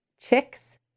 chicks